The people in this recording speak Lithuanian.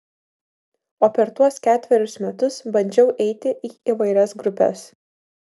o per tuos ketverius metus bandžiau eiti į įvairias grupes